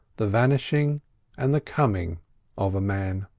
the vanishing and the coming of a man.